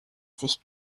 sich